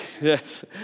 yes